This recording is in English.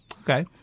Okay